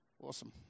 Awesome